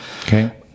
Okay